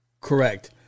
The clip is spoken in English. Correct